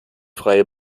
freie